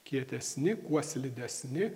kietesni kuo slidesni